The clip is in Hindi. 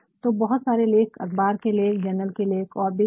तो बहुत सारे लेख अख़बार के लेख जर्नल के लेख और भी कई